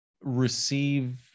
receive